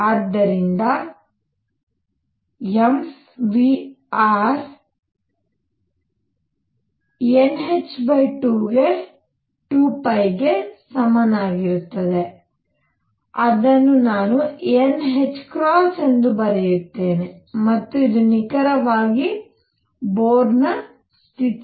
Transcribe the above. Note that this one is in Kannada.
ಆದ್ದರಿಂದ m v r nh2π ಗೆ ಸಮನಾಗಿರುತ್ತದೆ ಅದನ್ನು ನಾನು nℏ ಎಂದು ಬರೆಯುತ್ತೇನೆ ಮತ್ತು ಇದು ನಿಖರವಾಗಿ ಬೊರ್ ಸ್ಥಿತಿ